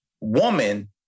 woman